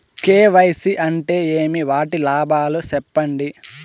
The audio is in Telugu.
కె.వై.సి అంటే ఏమి? వాటి లాభాలు సెప్పండి?